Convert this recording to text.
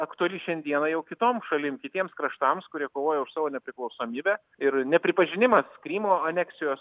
aktuali šiandieną jau kitom šalim kitiems kraštams kurie kovoja už savo nepriklausomybę ir nepripažinimas krymo aneksijos